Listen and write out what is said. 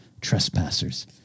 trespassers